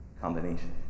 combination